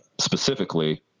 specifically